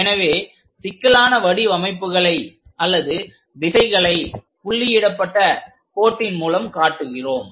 எனவே சிக்கலான வடிவமைப்புகளை அல்லது திசைகளை புள்ளி இடப்பட்ட கோட்டின் மூலம் காட்டுகிறோம்